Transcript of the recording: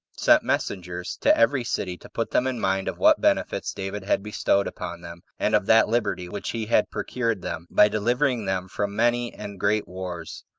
sent messengers to every city to put them in mind of what benefits david had bestowed upon them, and of that liberty which he had procured them, by delivering them from many and great wars.